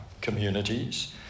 communities